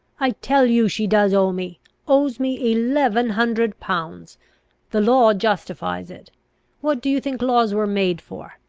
i tell you she does owe me owes me eleven hundred pounds the law justifies it what do you think laws were made for?